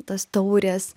tos taurės